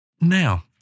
Now